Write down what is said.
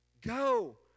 go